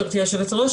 גברתי היושבת ראש,